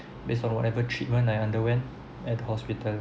based on whatever treatment I underwent at hospital